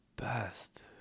best